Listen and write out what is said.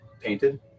painted